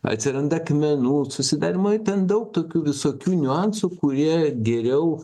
atsiranda akmenų susidarymai ten daug tokių visokių niuansų kurie geriau